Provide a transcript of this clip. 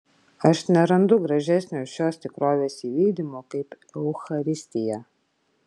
aš nerandu gražesnio šios tikrovės įvykdymo kaip eucharistija